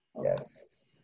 Yes